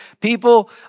people